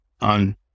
on